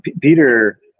Peter